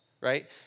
right